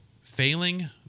failing